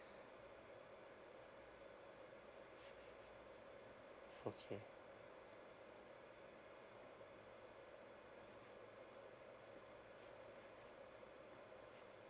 okay